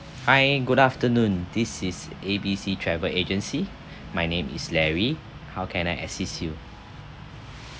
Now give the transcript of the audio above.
hi good afternoon this is A B C travel agency my name is larry how can I assist you